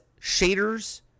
shaders